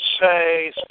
say